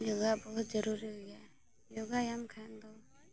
ᱡᱚᱜᱟ ᱵᱚᱦᱩᱛ ᱡᱟᱹᱨᱩᱲᱤ ᱜᱮᱭᱟ ᱡᱚᱜᱟ ᱧᱟᱢ ᱠᱷᱟᱱ ᱫᱚ